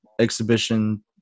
exhibition